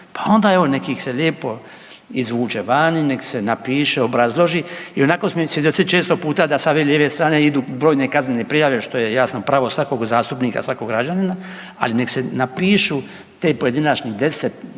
pa onda evo nekih ih se lijepo izvuče vani, nek se napiše, obrazloži, ionako mislim da često puta da sa ove lijeve strane idu brojne kaznene prijave što je jasno pravo svakog zastupnika, svakog građanina, ali nek se napišu te pojedinačne 10,